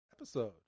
episode